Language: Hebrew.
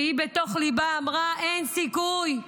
כשהיא בתוך ליבה אמרה: אין סיכוי,